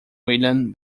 william